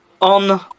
on